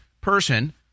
person